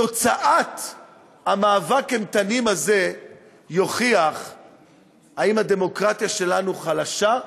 תוצאת מאבק האיתנים הזה תוכיח אם הדמוקרטיה שלנו חלשה,